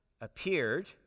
appeared